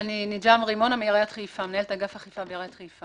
אני מנהלת אגף אכיפה בעיריית חיפה.